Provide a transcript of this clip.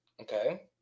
okay